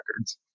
records